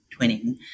Twinning